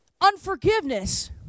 Unforgiveness